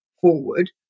forward